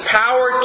power